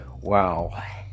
Wow